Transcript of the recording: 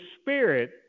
Spirit